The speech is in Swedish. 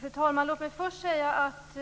Fru talman! Låt mig först säga att